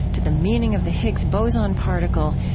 to the meaning of the higgs boson particle,